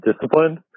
disciplined